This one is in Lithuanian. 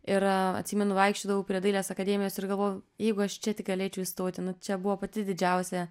ir atsimenu vaikščiodavau prie dailės akademijos ir galvojau jeigu aš čia tik galėčiau įstoti nu čia buvo pati didžiausia